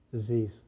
Disease